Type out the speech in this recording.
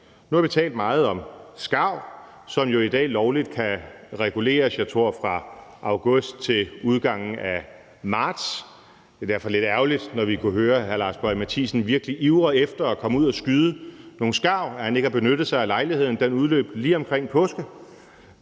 nu har vi talt meget om skarv, som jo i dag lovligt kan reguleres, jeg tror fra august til udgangen af marts; det er derfor lidt ærgerligt, når vi kunne høre hr. Lars Boje Mathiesen virkelig ivre efter at komme ud og skyde nogle skarver, at han ikke har benyttet sig af lejligheden, for den udløb lige omkring påske